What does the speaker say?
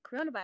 coronavirus